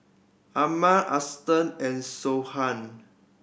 Arman Ashton and Siobhan